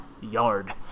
yard